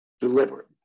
deliberate